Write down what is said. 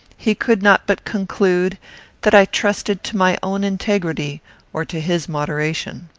he could not but conclude that i trusted to my own integrity or to his moderation.